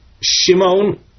Shimon